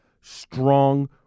strong